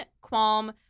qualm